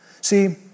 See